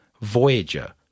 voyager